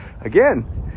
again